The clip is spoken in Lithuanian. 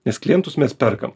nes klientus mes perkam